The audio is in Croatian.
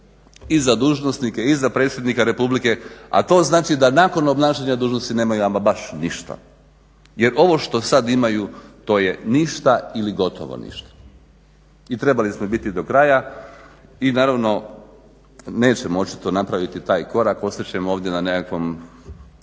i za dužnosnike i za predsjednika Republike, a to znači da nakon obnašanja dužnosti nemaju ama baš ništa jer ovo što sad imaju to je ništa ili gotovo ništa. I trebali smo biti do kraja i naravno nećemo očito napraviti taj korak, ostat ćemo ovdje na nekakvom